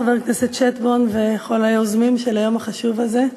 חבר הכנסת שטבון וכל היוזמים של היום החשוב הזה.